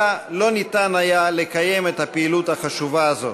לא ניתן היה לקיים את הפעילות החשובה הזאת.